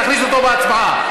תכניסו אותו בהצבעה.